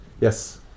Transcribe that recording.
Yes